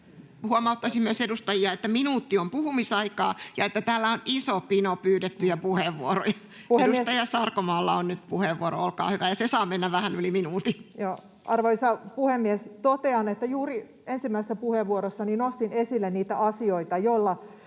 huomauttaisin myös edustajia, että minuutti on puhumisaikaa ja että täällä on iso pino pyydettyjä puheenvuoroja. — Edustaja Sarkomaalla on nyt puheenvuoro, olkaa hyvä. Ja se saa mennä vähän yli minuutin. Edustaja Kiuru. Arvoisa puhemies! Kyllä tätä uskomatonta